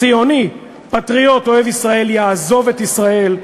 ציוני, פטריוט, אוהב ישראל, יעזוב את ישראל,